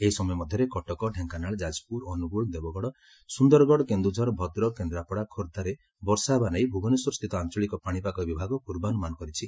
ଏହି ସମ୍ୟ ମଧ୍ଧରେ କଟକ ଡ଼େଙ୍କାନାଳ ଯାଜପୁର ଅନୁଗୁଳ ଦେବଗଡ ସୁନ୍ଦରଗଡ଼ କେନୁଝର ଭଦ୍ରକ କେନ୍ଦ୍ରାପଡା ଖୋର୍ବା ବର୍ଷା ହେବା ନେଇ ଭୁବନେଶ୍ୱରସ୍ଥିତ ଆଞ୍ଚଳିକ ପାଶିପାଗ ବିଭାଗ ପୂର୍ବାନୁମାନ କରିଛି